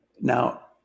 Now